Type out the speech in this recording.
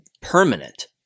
permanent